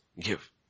Give